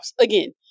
again